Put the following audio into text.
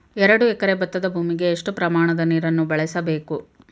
ಎರಡು ಎಕರೆ ಭತ್ತದ ಭೂಮಿಗೆ ಎಷ್ಟು ಪ್ರಮಾಣದ ನೀರನ್ನು ಬಳಸಬೇಕು?